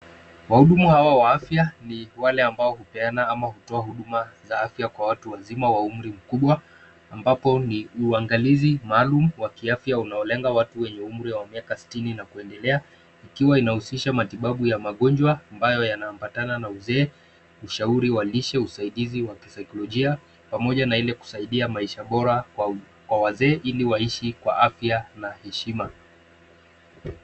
Wahudumu hawa wa afya, ni wale ambao hupeana, ama hutoa huduma za afya kwa watu wazima, wa umri mkubwa, ambapo ni uangalizi maalumu wa kiafya, unaolenga watu wenye umri wa miaka sitini na kuendelea, ikiwa inahusisha matibabu ya magonjwa, ambayo yanaambatana na uzee, ushauri wa lishe, na usaidizi wa kisaikolojia, pamoja na ile kusaidia maisha bora kwa wazee, ili waishi kwa afya, na heshima.